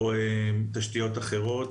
או תשתיות אחרות.